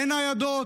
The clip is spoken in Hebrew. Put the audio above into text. אין ניידות,